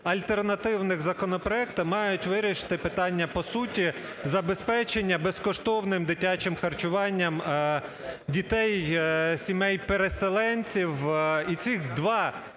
альтернативних законопроекти мають вирішити питання по суті забезпечення безкоштовним дитячим харчуванням дітей сімей переселенців. І ці два